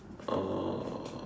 or